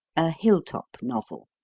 a hill-top novel?